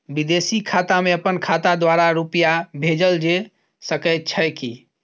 विदेशी खाता में अपन खाता द्वारा रुपिया भेजल जे सके छै की?